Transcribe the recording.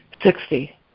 Sixty